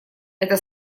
это